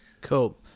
cool